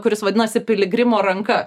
kuris vadinasi piligrimo ranka